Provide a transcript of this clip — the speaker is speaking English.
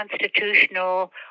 constitutional